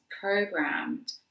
programmed